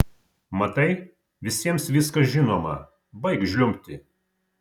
matai visiems viskas žinoma baik žliumbti